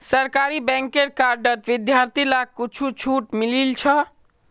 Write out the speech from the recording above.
सरकारी बैंकेर कार्डत विद्यार्थि लाक कुछु छूट मिलील छ